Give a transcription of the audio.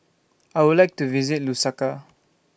I Would like to visit Lusaka